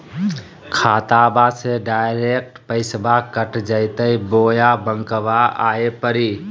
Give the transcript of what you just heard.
खाताबा से डायरेक्ट पैसबा कट जयते बोया बंकबा आए परी?